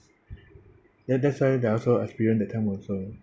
ya that's why that I also experience that time also